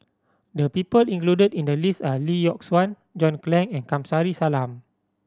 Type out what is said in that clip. the people included in the list are Lee Yock Suan John Clang and Kamsari Salam